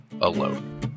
alone